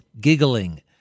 giggling